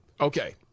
Okay